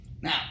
now